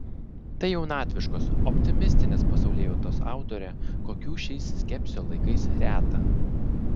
tai jaunatviškos optimistinės pasaulėjautos autorė kokių šiais skepsio laikais reta